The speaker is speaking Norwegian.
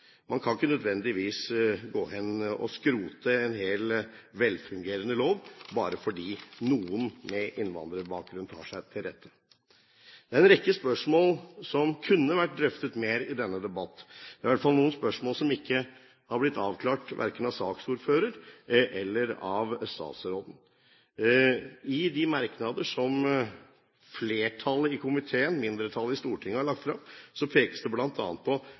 Man kan ikke nødvendigvis gå hen og skrote en helt velfungerende lov bare fordi noen med innvandrerbakgrunn tar seg til rette. Det er en rekke spørsmål som kunne vært drøftet mer i denne debatten. Det er i hvert fall noen spørsmål som ikke har blitt avklart verken av saksordføreren eller av statsråden. I de merknader som flertallet i komiteen – mindretallet i Stortinget – har lagt frem, pekes det bl.a. på